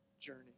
journey